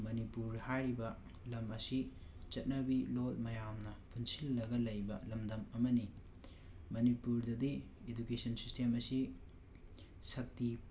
ꯃꯅꯤꯄꯨꯔ ꯍꯥꯏꯔꯤꯕ ꯂꯝ ꯑꯁꯤ ꯆꯠꯅꯕꯤ ꯂꯣꯜ ꯃꯌꯥꯝꯅ ꯄꯨꯟꯁꯤꯜꯂꯒ ꯂꯩꯕ ꯂꯝꯗꯝ ꯑꯃꯅꯤ ꯃꯅꯤꯄꯨꯔꯗꯗꯤ ꯏꯗꯨꯀꯦꯁꯟ ꯁꯤꯁꯇꯦꯝ ꯑꯁꯤ ꯁꯛꯇꯤ